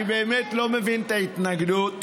אני באמת לא מבין את ההתנגדות.